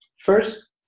First